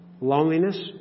loneliness